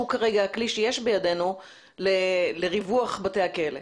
שהוא כרגע הכלי שיש בידינו לריווח בתי הכלא.